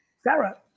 Sarah